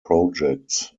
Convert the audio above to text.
projects